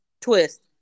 Twist